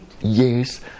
Yes